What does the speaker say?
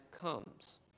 comes